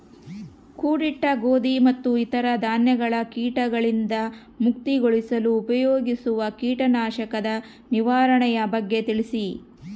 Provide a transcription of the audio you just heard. ಕೂಡಿಟ್ಟ ಗೋಧಿ ಮತ್ತು ಇತರ ಧಾನ್ಯಗಳ ಕೇಟಗಳಿಂದ ಮುಕ್ತಿಗೊಳಿಸಲು ಉಪಯೋಗಿಸುವ ಕೇಟನಾಶಕದ ನಿರ್ವಹಣೆಯ ಬಗ್ಗೆ ತಿಳಿಸಿ?